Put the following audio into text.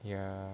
ya